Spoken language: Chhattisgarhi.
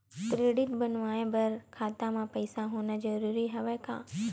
क्रेडिट बनवाय बर खाता म पईसा होना जरूरी हवय का?